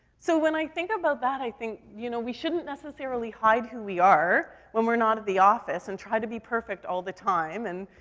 so when i think about that, i think, you know, we shouldn't necessarily hide who we are when we're not at the office and try to be perfect all the time, and,